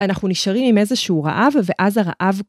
אנחנו נשארים עם איזשהו רעב, ואז הרעב...